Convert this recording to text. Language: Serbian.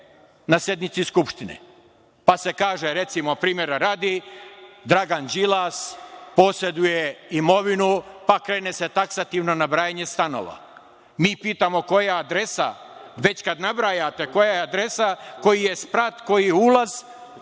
na sednici Skupštine. Pa se kaže, recimo, primera radi - Dragan Đilas poseduje imovinu, pa se krene taksativno nabrajanje stanova. Mi pitamo - koja je adresa, kad već nabrajate, koji je sprat, koji ulaz